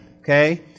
okay